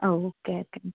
ആ okay okay